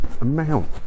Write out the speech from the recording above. amount